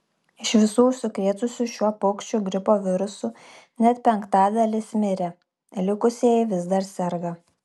iš visų užsikrėtusių šiuo paukščių gripo virusu net penktadalis mirė likusieji vis dar serga